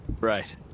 right